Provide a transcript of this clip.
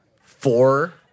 four